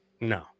No